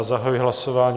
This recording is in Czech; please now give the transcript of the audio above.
Zahajuji hlasování.